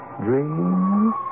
dreams